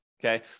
Okay